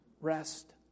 rest